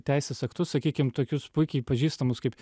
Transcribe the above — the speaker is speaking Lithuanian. teisės aktus sakykim tokius puikiai pažįstamus kaip